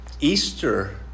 Easter